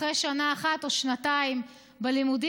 אחרי שנה אחת או שנתיים בלימודים,